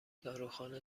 داروخانه